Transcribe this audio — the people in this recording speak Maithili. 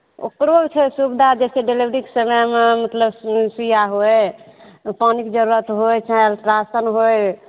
ओकरो छै सुबिधा जैसे डलेबरी के समयमे मतलब सुइया होइ पानिक जरूरत होइ चाहे राशन होइ